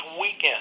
weekend